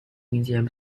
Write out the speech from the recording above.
museum